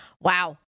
Wow